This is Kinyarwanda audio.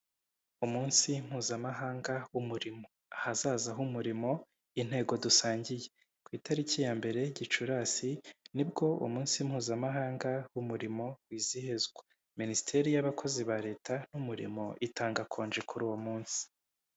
Umunsi mpuzamahanga w'umurimo, ahazaza h'umurimo intego dusangiye, ku itariki ya mbere Gicurasi nibwo umunsi mpuzamahanga w'umurimo wizihizwa, Minisiteri y'abakozi ba Leta n'umurimo itanga konje kuri uwo munsi.